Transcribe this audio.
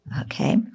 Okay